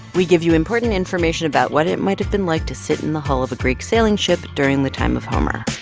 we give you important information about what it might have been like to sit in the hull of a greek sailing ship during the time of homer